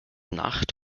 nacht